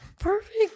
Perfect